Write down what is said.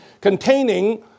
containing